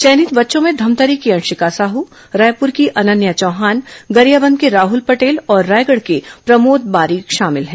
चयनित बच्चों में धमतरी की अंशिका साहू रायपुर की अनन्या चौहान गरियाबंद के राहुल पटेल और रायगढ़ के प्रमोद बारीक शामिल हैं